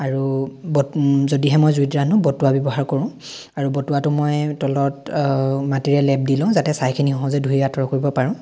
আৰু বট যদিহে মই জুইত ৰান্ধো বটুৱা ব্যৱহাৰ কৰোঁ আৰু বটুৱাটো মই তলত মাটিৰে লেপ দি লওঁ যাতে ছাইখিনি সহজে ধুই আঁতৰ কৰিব পাৰোঁ